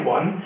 One